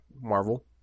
Marvel